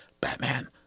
Batman